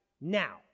now